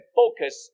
focus